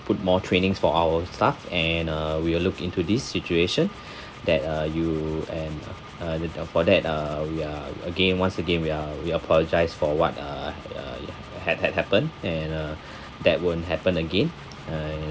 put more trainings for our staff and uh we will look into this situation that uh you and uh uh the for that uh we are again once again we are we apologise for what uh uh had had happened and uh that won't happen again and